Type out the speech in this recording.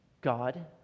God